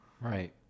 Right